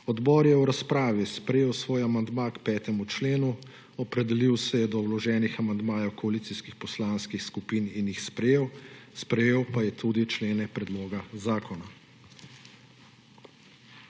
Odbor je v razpravi sprejel svoj amandma k 5. členu, opredelil se je do vloženih amandmajev koalicijskih poslanskih skupin in jih sprejel, sprejel pa je tudi člene predloga zakona.